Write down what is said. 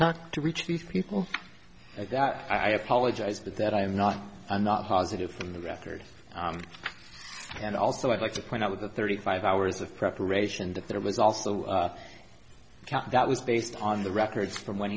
talk to reach these people that i apologize but that i'm not i'm not positive from the record and also i'd like to point out with the thirty five hours of preparation that there was also that was based on the records from when